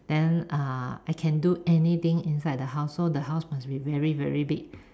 then uh I can do anything inside the house so the house must be very very big